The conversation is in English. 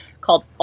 called